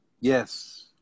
Yes